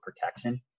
protection